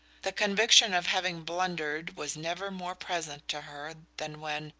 the conviction of having blundered was never more present to her than when,